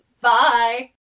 Bye